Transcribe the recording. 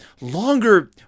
longer